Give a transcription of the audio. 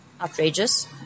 outrageous